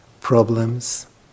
Problems